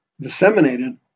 disseminated